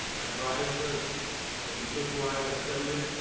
adviseers at the churchwide assembly,